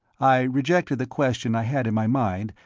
i rejected the question i had in my mind,